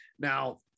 Now